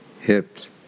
Hips